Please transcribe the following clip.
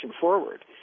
forward